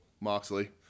Moxley